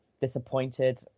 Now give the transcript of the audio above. Disappointed